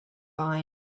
fine